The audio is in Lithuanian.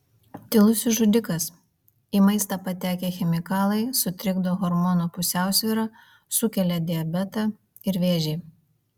tylusis žudikas į maistą patekę chemikalai sutrikdo hormonų pusiausvyrą sukelia diabetą ir vėžį